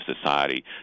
society